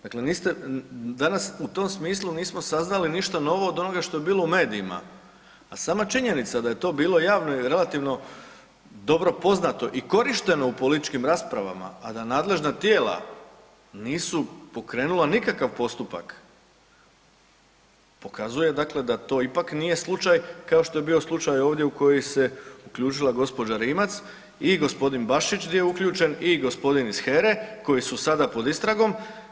Dakle, niste, danas u tom smislu nismo saznali ništa novo od onoga što je bilo u medijima, a sama činjenica da je to bilo javno i relativno dobro poznato i korišteno u političkim raspravama, a da nadležna tijela nisu pokrenula nikakav postupak pokazuje dakle da to ipak nije slučaj kao što je bio slučaj ovdje u koji se uključila gospođa Rimac i gospodin Bašić gdje je uključen i gospodin iz HERA-e koji su sada pod istragom.